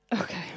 Okay